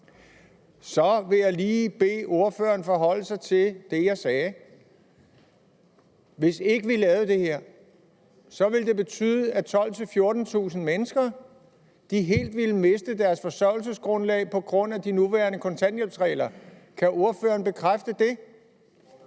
Så vil jeg lige bede ordføreren forholde sig til det, jeg sagde. Hvis ikke vi lavede det her, ville det betyde, at 12.000-14.000 mennesker helt ville miste deres forsørgelsesgrundlag på grund af de nuværende kontanthjælpsregler. Kan ordføreren bekræfte det?